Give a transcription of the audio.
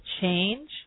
change